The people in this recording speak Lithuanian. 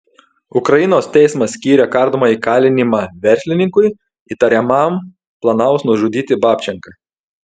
ukrainos teismas skyrė kardomąjį kalinimą verslininkui įtariamam planavus nužudyti babčenką